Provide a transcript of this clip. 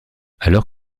alors